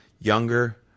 younger